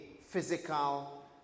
physical